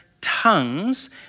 tongues